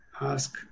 ask